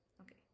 okay